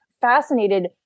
fascinated